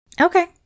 Okay